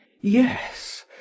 Yes